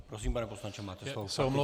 Prosím, pane poslanče, máte slovo.